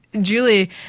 Julie